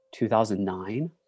2009